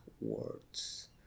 words